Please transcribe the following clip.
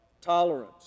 tolerance